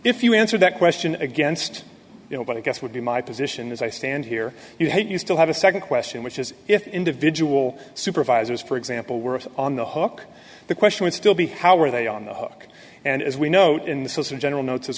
if you answer that question against you know but i guess would be my position is i stand here you hate you still have a second question which is if individual supervisors for example works on the hawk the question would still be how are they on the hook and as we note in the solicitor general notes as